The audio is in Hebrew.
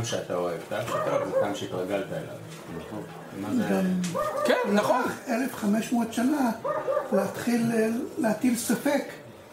כמו שאתה אוהב, גם שהתרגלת אליו... כן, נכון 1500 שנה להתחיל להטיל ספק